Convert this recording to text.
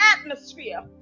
atmosphere